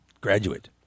graduate